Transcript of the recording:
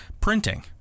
printing